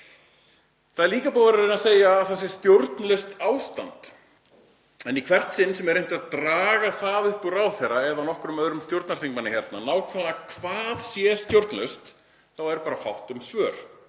að vera að reyna að segja að það sé stjórnlaust ástand en í hvert sinn sem er reynt að draga það upp úr ráðherra eða nokkrum öðrum stjórnarþingmanni nákvæmlega hvað sé stjórnlaust er fátt um svör.